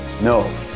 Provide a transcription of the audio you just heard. no